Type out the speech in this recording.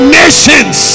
nations